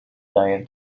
دایر